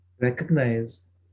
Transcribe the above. recognize